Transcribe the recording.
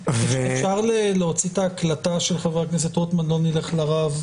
אפשר להוציא את ההקלטה של חבר הכנסת רוטמן לא נלך לרב?